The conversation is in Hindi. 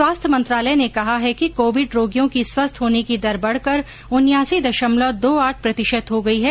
स्वास्थ्य मंत्रालय ने कहा है कि कोविड रोगियों की स्वस्थ होने की दर बढ़कर उन्यासी दशमलव दो आठ प्रतिशत हो गई है